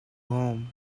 home